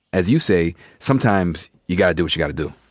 as you say, sometimes you gotta do what you gotta do?